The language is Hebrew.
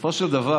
בסופו של דבר,